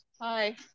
hi